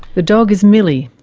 the dog is millie,